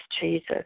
Jesus